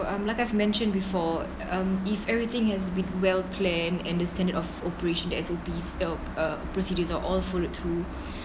um like I've mentioned before um if everything has been well planned and the standard of operation the S_O_P uh procedures are all fall through